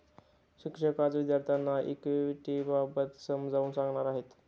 शिक्षक आज विद्यार्थ्यांना इक्विटिबाबत समजावून सांगणार आहेत